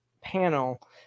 panel